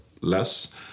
less